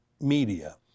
media